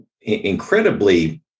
incredibly